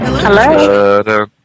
Hello